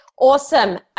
Awesome